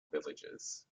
villages